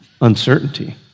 uncertainty